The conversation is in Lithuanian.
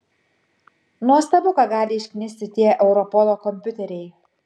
nuostabu ką gali išknisti tie europolo kompiuteriai